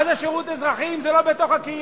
מה זה שירות אזרחי אם זה לא בתוך הקהילה?